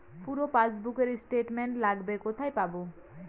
পুরো পাসবুকের স্টেটমেন্ট লাগবে কোথায় পাব?